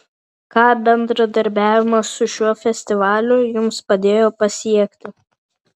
ką bendradarbiavimas su šiuo festivaliu jums padėjo pasiekti